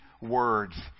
words